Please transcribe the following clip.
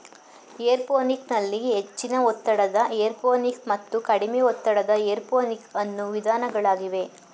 aeroponic ನಲ್ಲಿ ಹೆಚ್ಚಿನ ಒತ್ತಡದ ಏರೋಪೋನಿಕ್ ಮತ್ತು ಕಡಿಮೆ ಒತ್ತಡದ ಏರೋಪೋನಿಕ್ ಅನ್ನೂ ವಿಧಾನಗಳಿವೆ